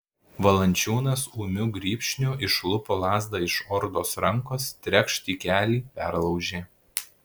valančiūnas ūmiu grybšniu išlupo lazdą iš ordos rankos trekšt į kelį perlaužė